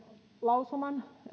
lausuman